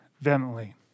vehemently